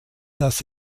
dass